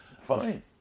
Fine